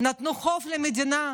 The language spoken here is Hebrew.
נתנו למדינה,